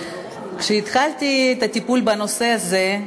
כשהתחלתי את הטיפול בנושא הזה,